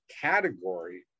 category